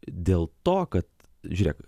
dėl to kad žiūrėk